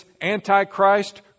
Antichrist